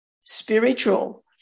spiritual